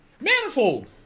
Manifold